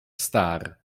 star